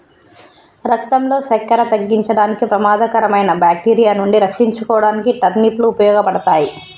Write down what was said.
రక్తంలో సక్కెర తగ్గించడానికి, ప్రమాదకరమైన బాక్టీరియా నుండి రక్షించుకోడానికి టర్నిప్ లు ఉపయోగపడతాయి